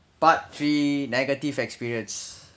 part three negative experience